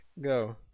Go